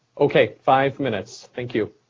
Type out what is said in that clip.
okay, five minutes. thank you.